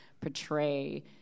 portray